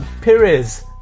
Perez